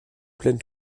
pleine